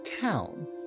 town